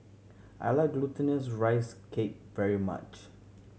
I like Glutinous Rice Cake very much